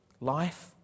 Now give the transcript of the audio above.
Life